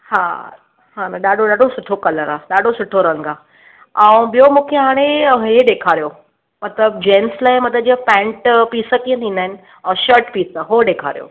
हा हा न ॾाढो ॾाढो सुठो कलर आहे ॾाढो सुठो रंग आहे ऐं ॿियो मूंखे हाणे ही ॾेखारियो मतलबु जेन्स लाइ मतलबु जीअं पेंट पिस कीअं थींदा आहिनि ऐं शट पिस उहो ॾेखारियो